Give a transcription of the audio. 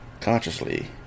consciously